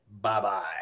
Bye-bye